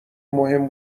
مهم